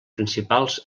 principals